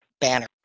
Banner